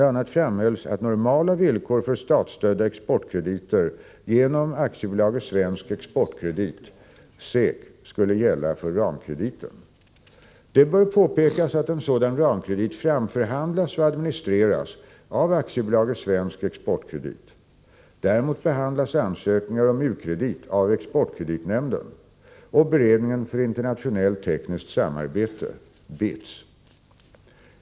a. framhölls att normala villkor för statsstödda exportkrediter genom AB Svensk Exportkredit skulle gälla för ramkrediten. Det bör påpekas att en sådan ramkredit framförhandlas och administreras av AB Svensk Exportkredit . Däremot behandlas ansökningar om u-kredit av Exportkreditnämnden och beredningen för internationellt tekniskt samarbete .